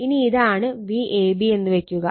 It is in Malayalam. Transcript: ഇനി ഇതാണ് Vab എന്ന് വെക്കുക